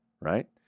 right